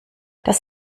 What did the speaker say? das